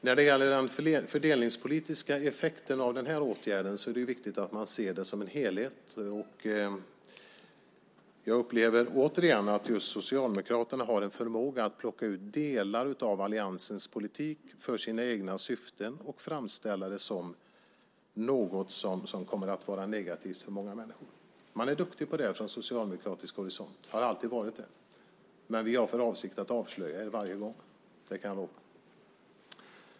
När det gäller den fördelningspolitiska effekten av den här åtgärden är det viktigt att man ser detta som en helhet. Jag upplever återigen att just Socialdemokraterna har en förmåga att plocka ut delar av alliansens politik för sina egna syften och framställa det som något som kommer att vara negativt för många människor. Man är duktig på det från socialdemokratisk horisont, har alltid varit det. Men vi har för avsikt att avslöja er varje gång - det kan jag lova.